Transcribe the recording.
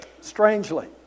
Strangely